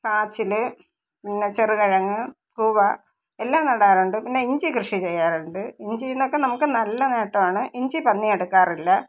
കാച്ചിൽ പിന്നെ ചെറുകിഴങ്ങ് കൂവ എല്ലാം നടാറുണ്ട് പിന്നെ ഇഞ്ചി കൃഷി ചെയ്യാറുണ്ട് ഇഞ്ചീന്നക്കെ നമുക്ക് നല്ല നേട്ടമാണ് ഇഞ്ചി പന്നി എടുക്കറില്ല